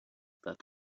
that